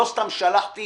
לא סתם שלחתי